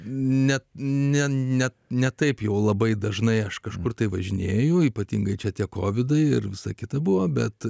ne ne ne ne taip jau labai dažnai aš kažkur tai važinėju ypatingai čia teko vidai ir visa kita buvo bet